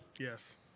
Yes